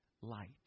light